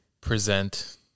present